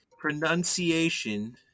pronunciation